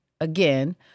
Again